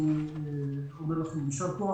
אני אומר לכם יישר כוח,